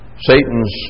Satan's